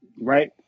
right